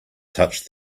touched